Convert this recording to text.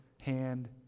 hand